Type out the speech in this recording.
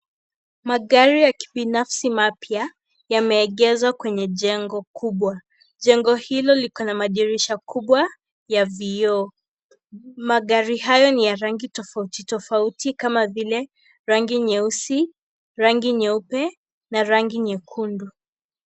Magari ya kibinafsi mapya, yameegeshwa kwenye jengo kubwa. Jengo hilo liko na madirisha kubwa ya vioo. Magari hayo ni ya rangi tofauti tofauti kama vile, rangi nyeusi, rangi nyeupe na rangi nyekundu.